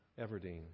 Everdeen